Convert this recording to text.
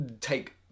take